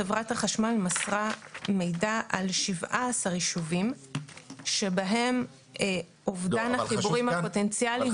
חברת החשמל מסרה מידע על 17 ישובים שבהם אומדן החיבורים הפוטנציאליים